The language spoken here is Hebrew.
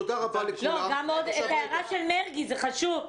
צריך להוסיף את ההערה של מרגי, זה חשוב.